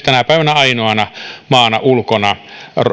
tänä päivänä oikeastaan ainoana maana on ulkona